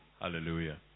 Hallelujah